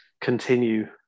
continue